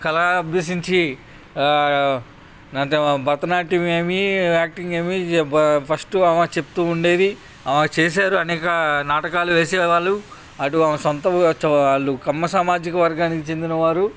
కళా అభ్యసించి భర్తనాట్యం ఏమి యాక్టింగ్ ఏమి ఫస్ట్ ఆమె చెప్తు ఉండేది చేశారు అనేక నాటకాలు వేసే వాళ్ళు అటు ఆమె సొంత ఊరు వాళ్ళు కమ్మ సామాజిక వర్గానికి చెందినవారు